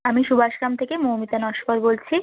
আমি সুভাষগ্রাম থেকে মৌমিতা নস্কর বলছি